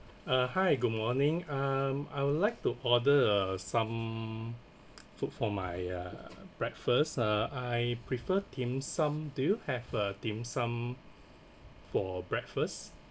uh hi good morning um I would like to order ah some food for my uh breakfast ah I prefer dim sum do have a dim sum for breakfast